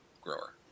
grower